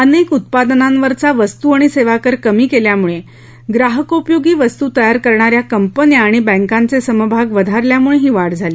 अनेक उत्पादनांवरचा वस्तू आणि सेवाकर कमी केल्यामुळे ग्राहकोपयोगी वस्तू तयार करणा या कंपन्या आणि बँकांचे समभाग वधारल्यामुळे ही वाढ झाली